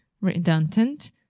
redundant